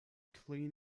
clean